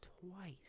Twice